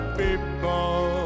people